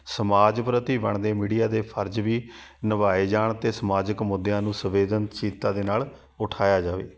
ਸਮਾਜ ਪ੍ਰਤੀ ਬਣਦੇ ਮੀਡੀਆ ਦੇ ਫਰਜ਼ ਵੀ ਨਿਭਾਏ ਜਾਣ ਅਤੇ ਸਮਾਜਿਕ ਮੁੱਦਿਆਂ ਨੂੰ ਸੰਵੇਦਨਸ਼ੀਲਤਾ ਦੇ ਨਾਲ ਉਠਾਇਆ ਜਾਵੇ